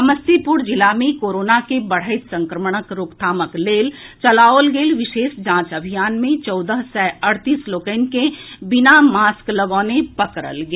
समस्तीपुर जिला मे कोरोना के बढ़ैत संक्रमणक रोकथामक लेल चलाओल गेल विशेष जांच अभियान मे चौदह सय अड़तीस लोकनि के बिना मास्क लगौने पकड़ल गेल